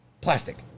plastic